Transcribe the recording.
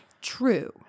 True